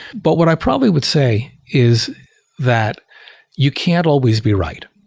but what i probably would say is that you can't always be right.